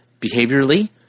behaviorally